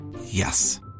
Yes